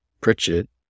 Pritchett